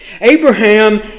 Abraham